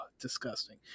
disgusting